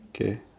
okay